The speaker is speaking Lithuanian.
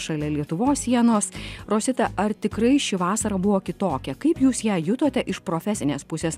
šalia lietuvos sienos rosita ar tikrai ši vasara buvo kitokia kaip jūs ją jutote iš profesinės pusės